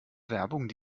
werbung